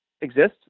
exist